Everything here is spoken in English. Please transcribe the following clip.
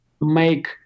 make